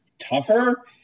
tougher